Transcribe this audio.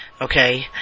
okay